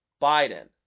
Biden